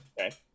Okay